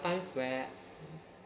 times where